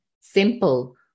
simple